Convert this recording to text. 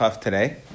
today